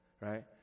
right